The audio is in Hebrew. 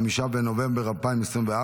5 בנובמבר 2024,